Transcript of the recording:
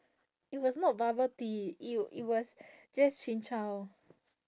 it was not bubble tea it it was just chin-chow